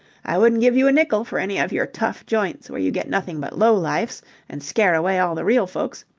i wouldn't give you a nickel for any of your tough joints where you get nothing but low-lifes and scare away all the real folks.